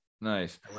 Nice